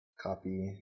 Copy